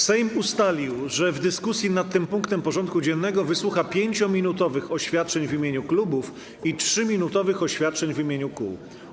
Sejm ustalił, że w dyskusji nad tym punktem porządku dziennego wysłucha 5-minutowych oświadczeń w imieniu klubów i 3-minutowych oświadczeń w imieniu kół.